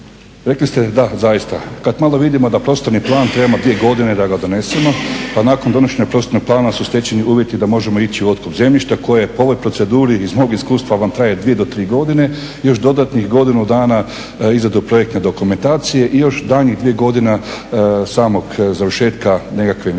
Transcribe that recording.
Rekli ste, da zaista, kad malo vidimo da prostorni plan trebamo dvije godine da ga donesemo, pa nakon donošenja prostornog plana su stečeni uvjeti da možemo ići u otkup zemljišta koje je po ovoj proceduri iz mog iskustva vam traje dvije do tri godine, još dodatnih godinu dana izradu projektne dokumentacije, i još daljnjih dvije godine samog završetka nekakve investicije.